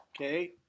Okay